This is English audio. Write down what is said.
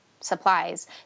supplies